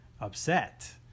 upset